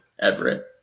Everett